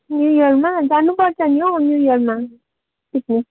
new इयरमा जानुपर्छ नि है न्यू इयरमा पिकनिक